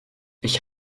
ich